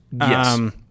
Yes